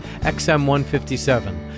XM157